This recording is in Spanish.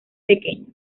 pequeño